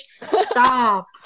stop